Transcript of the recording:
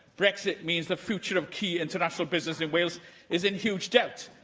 brexit means the future of key international business in wales is in huge doubt.